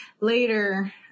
later